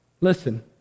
Listen